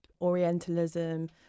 Orientalism